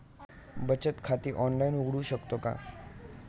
बचत खाते ऑनलाइन उघडू शकतो का?